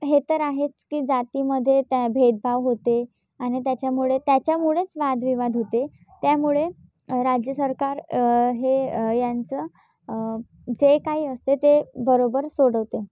हे तर आहेच की जातीमध्ये त्या भेदभाव होते आणि त्याच्यामुळे त्याच्यामुळेच वादविवाद होते त्यामुळे राज्य सरकार हे यांचं जे काही असतं ते बरोबर सोडवते